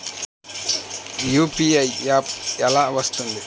UPI app ఎలా వస్తుంది?